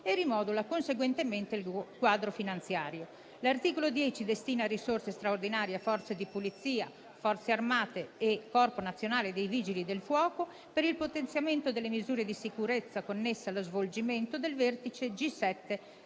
e rimodula conseguentemente il nuovo quadro finanziario. L'articolo 10 destina risorse straordinarie a Forze di polizia, Forze armate e Corpo nazionale dei vigili del fuoco per il potenziamento delle misure di sicurezza connesse allo svolgimento del vertice G7